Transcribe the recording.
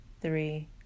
three